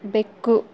ಬೆಕ್ಕು